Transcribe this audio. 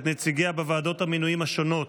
את נציגיה בוועדות המינויים השונות: